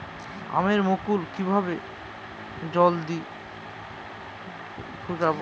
আমের মুকুল কিভাবে জলদি ফুটাব?